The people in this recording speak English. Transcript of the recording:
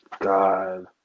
God